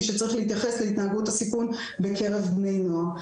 שצריך להתייחס להתנהגות הסיכון בקרב בני נוער,